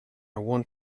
want